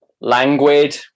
languid